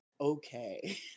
okay